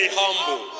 humble